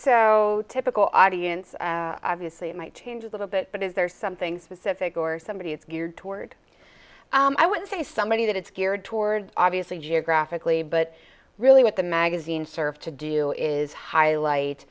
so typical audience obviously it might change a little bit but is there something specific or somebody is geared toward i want to say somebody that is geared toward obviously geographically but really what the magazines serve to do is highlight